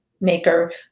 maker